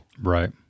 right